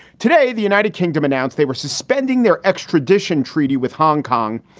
today, the united kingdom announced they were suspending their extradition treaty with hong kong.